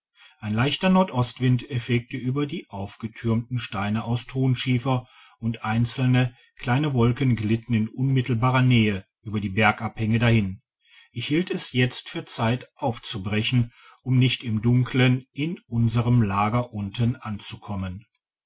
ein leichter nordostwind fegte über die aufgetürmten steine aus thonschiefer und einzelne kleine wolken glitten in unmittelbarer nähe über die bergabhänge dahin ich hielt es jetzt für zeit aufzubrechen um nicht im dunkeln in unserem lager unten anzukommen